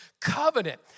Covenant